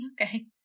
Okay